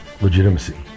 legitimacy